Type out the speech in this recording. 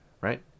right